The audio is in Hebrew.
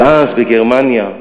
אבל אז, בגרמניה,